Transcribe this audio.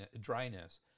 dryness